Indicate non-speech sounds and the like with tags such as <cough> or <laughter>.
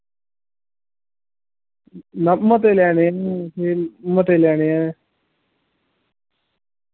ना मते लैने न <unintelligible> मते लैने ऐ